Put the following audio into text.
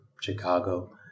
Chicago